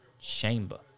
chamber